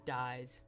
dies